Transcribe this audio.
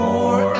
More